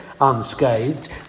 Unscathed